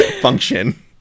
function